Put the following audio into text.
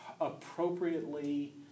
Appropriately